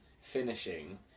finishing